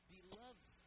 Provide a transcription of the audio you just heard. Beloved